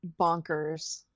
bonkers